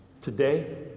today